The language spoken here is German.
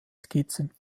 skizzen